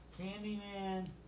Candyman